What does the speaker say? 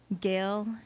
Gail